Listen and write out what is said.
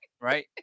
Right